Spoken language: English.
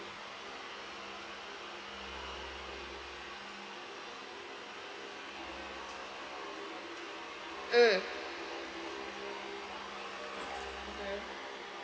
mm mmhmm